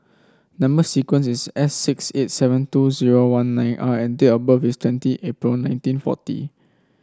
number sequence is S six eight seven two zero one nine R and date of birth is twenty April nineteen forty